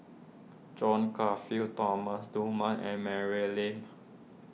John Crawfurd Thomas Dunman and Mary Lim